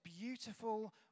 beautiful